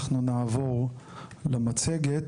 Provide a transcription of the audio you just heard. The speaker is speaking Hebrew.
אנחנו נעבור למצגת.